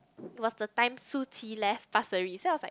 it was the time Su-qi left Pasir Ris then I was like